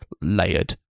layered